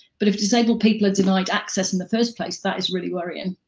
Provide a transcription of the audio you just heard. but if disabled people are denied access in the first place, that is really worrying.